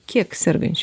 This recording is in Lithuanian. kiek sergančių